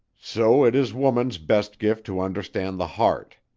so it is woman's best gift to understand the heart.